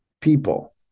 people